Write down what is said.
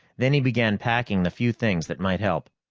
then he began packing the few things that might help.